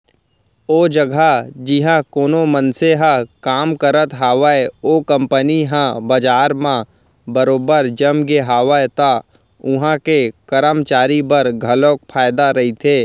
ओ जघा जिहाँ कोनो मनसे ह काम करत हावय ओ कंपनी ह बजार म बरोबर जमगे हावय त उहां के करमचारी बर घलोक फायदा रहिथे